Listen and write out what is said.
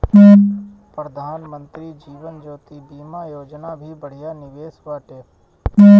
प्रधानमंत्री जीवन ज्योति बीमा योजना भी बढ़िया निवेश बाटे